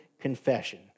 confession